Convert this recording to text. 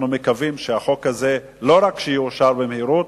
אנחנו מקווים שהחוק הזה לא רק יאושר במהירות,